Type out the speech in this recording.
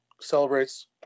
celebrates